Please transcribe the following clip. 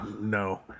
no